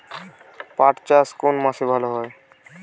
পাট চাষ কোন মাসে ভালো হয়?